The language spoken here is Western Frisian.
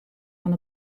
fan